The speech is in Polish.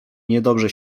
niedobrze